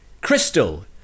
Crystal